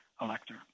elector